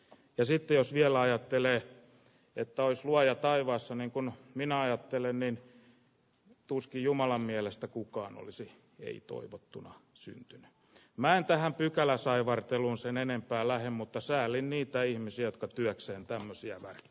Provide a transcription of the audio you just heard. oppositio jolla ajattelee jo toisella ja taivas ennen kun minä ajattelen niin tuskin jumalan mielestä kukaan olisi ei toivottuna syntyy näin tähän pykälä saivartelun sen enempää lähin mutta säälin niitä ihmisiä työkseen tanssia